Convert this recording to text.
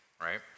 right